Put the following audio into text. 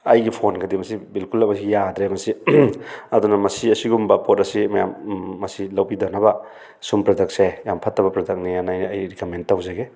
ꯑꯩꯒꯤ ꯐꯣꯟꯒꯗꯤ ꯃꯁꯤ ꯕꯤꯜꯀꯨꯜ ꯌꯥꯗ꯭ꯔꯦ ꯃꯁꯤ ꯑꯗꯨꯅ ꯃꯁꯤ ꯑꯁꯤꯒꯨꯝꯕ ꯄꯣꯠ ꯑꯁꯤ ꯃꯌꯥꯝ ꯃꯁꯤ ꯂꯧꯕꯤꯗꯅꯕ ꯁꯨꯝ ꯄ꯭ꯔꯗꯛꯁꯦ ꯌꯥꯃ ꯐꯠꯇꯕ ꯄ꯭ꯔꯗꯛꯅꯦꯅ ꯑꯩꯅ ꯑꯩ ꯔꯤꯀꯝꯃꯦꯟ ꯇꯧꯖꯒꯦ